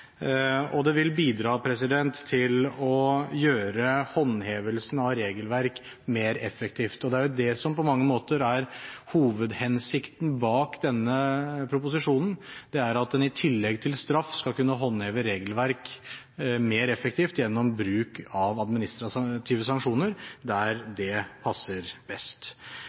og det vil bidra til å gjøre håndhevelsen av regelverk mer effektivt. Det som på mange måter er hovedhensikten bak denne proposisjonen, er at en i tillegg til straff skal kunne håndheve regelverk mer effektivt gjennom bruk av administrative sanksjoner der det passer best.